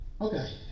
Okay